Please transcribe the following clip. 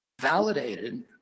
validated